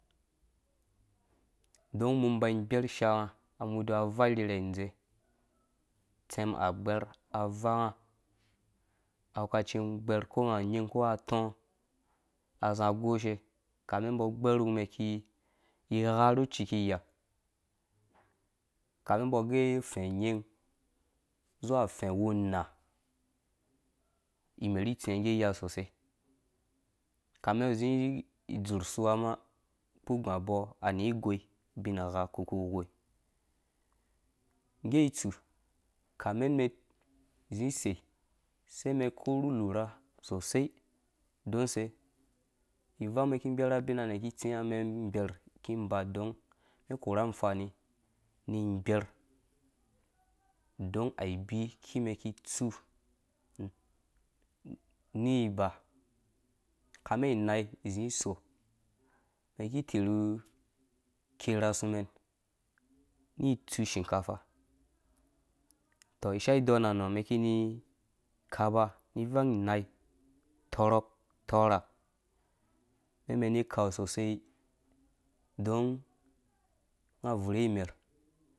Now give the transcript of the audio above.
On mum ba gbɛr ishaanga amudu avaa irherhɛ dze tser agbɛr avaa nga awekkeci mum gbɛr ko nguwuko atɔɔ̃azi goshe ka membɔ gbɛr wumɛn ki gharhu ciki iya kame mbɔ gɛ ufɛ̃ nyin zuwa fɛ̃wu unaa imer itsingge iya sosei kame ngo zĩ idzur suwa ma kau gu abɔɔ ani goi ubin gha kpu kuwe ngge itsu kame mɛnzi sei sai mɛn korhu lura sosei on se ivangmɛn ki gbɛr abinamɛ ki tsia mɛn gbɛr kimba don mɛn korha amfani ni gber don abii kimɛnki tsu niba kame inai zi so mɛn ki tirhu kera asumɛn ni tsu shinkafa tɔ ishaaidɔn na nɔmen kini kau ba ni ivang inai tɔrhɔk tɔrha mɛn mani kau sosaidon nga buurhe imer.